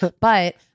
But-